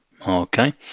Okay